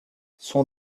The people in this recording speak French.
son